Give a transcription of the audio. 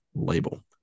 label